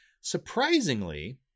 Surprisingly